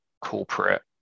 corporate